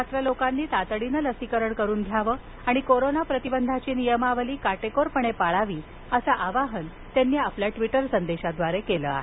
पात्र लोकांनी तातडीनं लसीकरण करून घ्यावं आणि कोरोना प्रतिबंधाची नियमावली काटेकोरपणे पाळावीअसं आवाहन त्यांनी ट्वीटरवर केलं आहे